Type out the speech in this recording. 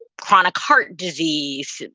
chronic heart disease,